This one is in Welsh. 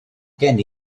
gen